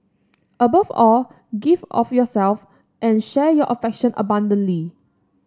above all give of yourself and share your affection abundantly